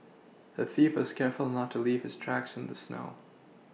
the thief was careful not to leave his tracks in the snow